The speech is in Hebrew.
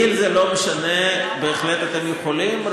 לי זה לא משנה, בהחלט אתם יכולים.